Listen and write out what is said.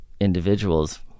individuals